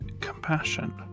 compassion